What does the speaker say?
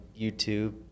youtube